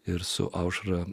ir su aušra